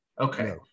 Okay